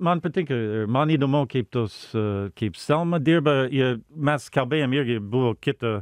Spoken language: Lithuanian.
man patinka man įdomu kaip tos kaip selma dirba ir mes kalbėjom irgi buvo kito